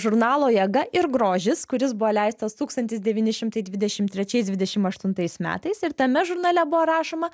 žurnalo jėga ir grožis kuris buvo leistas tūkstantis devyni šimtai dvidešim trečias dvidešim aštuntais metais ir tame žurnale buvo rašoma